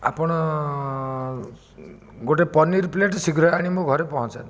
ଆପଣ ଗୋଟେ ପନିର୍ ପ୍ଲେଟ୍ ଶୀଘ୍ର ଆଣି ମୋ ଘରେ ପହଁଞ୍ଚାନ୍ତୁ